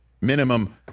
minimum